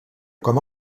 com